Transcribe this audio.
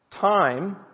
Time